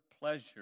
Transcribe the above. pleasure